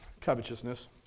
Covetousness